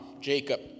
Jacob